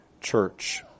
church